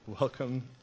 welcome